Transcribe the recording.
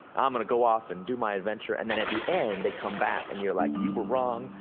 i'm gonna go off and do my adventure! and then at the end, they come back and you're like, you were wrong,